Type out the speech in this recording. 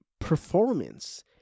performance